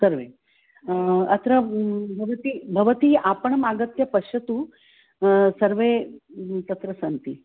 सर्वे अत्र भवन्ति भवन्ति आपणमागत्य पश्यतु सर्वे तत्र सन्ति